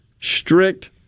strict